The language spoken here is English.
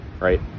right